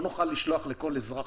לא נוכל לשלוח שוטר לכל אזרח.